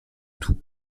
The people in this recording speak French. tout